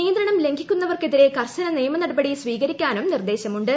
നിയന്ത്രണം ലംഘിക്കുന്നവർക്കെതിരെ കർശന നിയമ നടപടി സ്വീകരിക്കാനും നിർദേശമുണ്ട്